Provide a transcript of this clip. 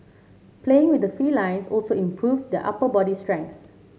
playing with the felines also improve the upper body strength